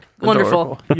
Wonderful